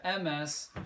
MS